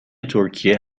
ترکیه